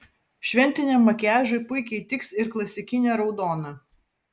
šventiniam makiažui puikiai tiks ir klasikinė raudona